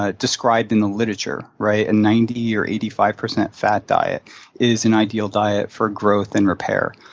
ah described in the literature, right, a ninety or eighty five percent fat diet is an ideal diet for growth and repair.